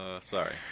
Sorry